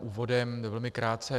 Úvodem jen velmi krátce.